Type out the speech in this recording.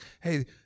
hey